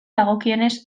dagokionez